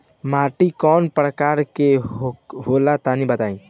माटी कै प्रकार के होला तनि बताई?